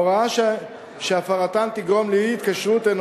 ההוראות שהפרתן תגרום לאי-התקשרות הן